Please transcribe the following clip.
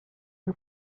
who